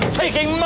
taking